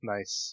Nice